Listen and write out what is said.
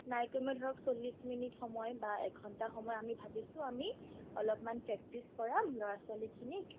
নাই কমেও ধৰক চল্লিছ মিনিট সময় বা এঘণ্টা সময় আমি ভাবিছোঁ আমি অলপমান প্ৰেক্টিছ কৰাম ল'ৰা ছোৱালীখিনিক